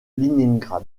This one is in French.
léningrad